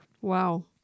Wow